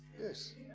Yes